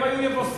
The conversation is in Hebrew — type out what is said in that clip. הם היו יבוסים,